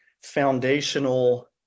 foundational